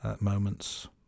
moments